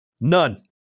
None